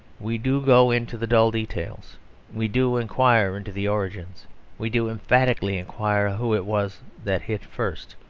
we do go into the dull details we do enquire into the origins we do emphatically enquire who it was that hit first.